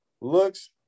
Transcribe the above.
looks